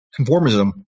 conformism